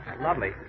Lovely